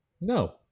No